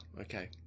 okay